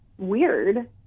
weird